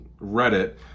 Reddit